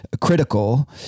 critical